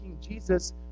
Jesus